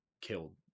killed